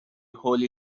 holy